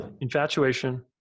infatuation